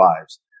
lives